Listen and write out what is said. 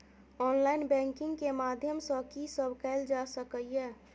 Online banking के माध्यम सं की सब कैल जा सके ये?